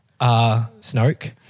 Snoke